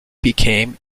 became